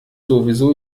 sowieso